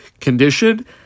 condition